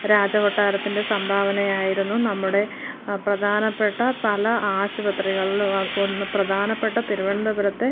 രാജകൊട്ടാരത്തിൻ്റെ സംഭാവനയായിരുന്നു നമ്മുടെ പ്രധാനപ്പെട്ട പല ആശുപത്രികളിലും ഒന്ന് പ്രധാനപ്പെട്ട തിരുവനന്തപുരത്തെ